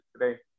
today